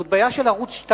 זאת בעיה של ערוץ-2,